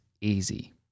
easy